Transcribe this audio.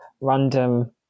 random